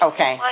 Okay